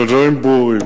אבל דברים ברורים.